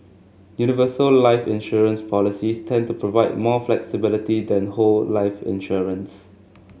universal life insurance policies tend to provide more flexibility than whole life insurance